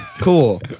Cool